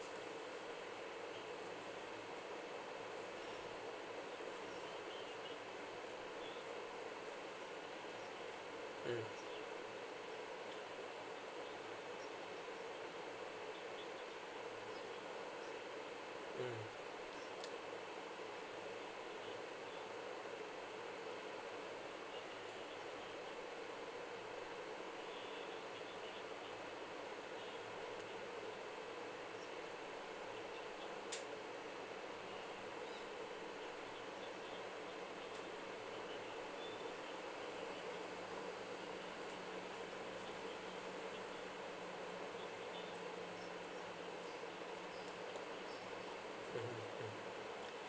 mm mm mmhmm hmm